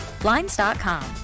Blinds.com